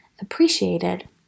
appreciated